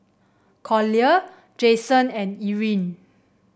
Collier Jayson and Erin